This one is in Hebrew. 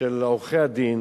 של עורכי-הדין